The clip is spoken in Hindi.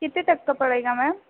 कितने तक का पड़ेगा मैम